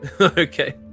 Okay